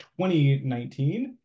2019